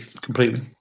completely